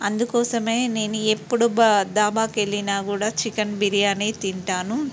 అందుకోసమే నేను ఎప్పుడూ దాబాకి వెళ్ళినా కూడా చికెన్ బిర్యానియే తింటాను